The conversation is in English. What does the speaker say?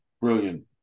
Brilliant